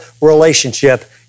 relationship